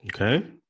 Okay